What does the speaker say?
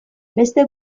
beste